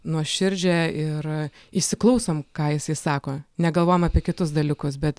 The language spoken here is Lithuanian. nuoširdžią ir įsiklausom ką jisai sako negalvojam apie kitus dalykus bet